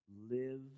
live